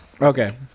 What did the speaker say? Okay